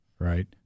right